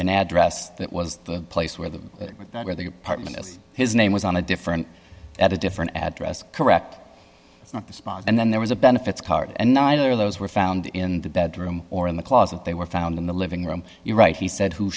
an address that was the place where the where the apartment as his name was on a different at a different address correct not the spawn and then there was a benefits card and neither of those were found in the bedroom or in the closet they were found in the living room you're right he said who